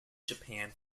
japan